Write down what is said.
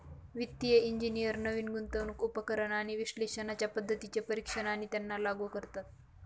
वित्तिय इंजिनियर नवीन गुंतवणूक उपकरण आणि विश्लेषणाच्या पद्धतींचे परीक्षण आणि त्यांना लागू करतात